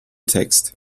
text